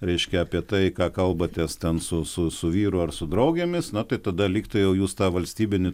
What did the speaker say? reiškia apie tai ką kalbatės ten su su su vyru ar su draugėmis na tai tada lygtai jau jūs tą valstybinį